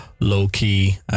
low-key